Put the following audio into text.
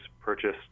purchased